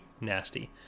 nasty